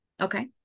Okay